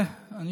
גם אצלנו.